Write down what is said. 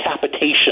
capitation